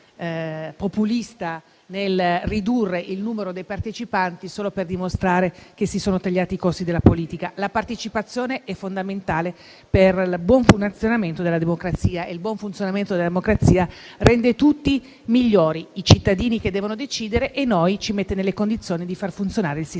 populista nel ridurre il numero dei partecipanti solo per dimostrare che si sono tagliati i costi della politica. La partecipazione è fondamentale per il buon funzionamento della democrazia, che a sua volta rende tutti migliori: i cittadini che devono decidere e noi, mettendoci nelle condizioni di far funzionare il sistema.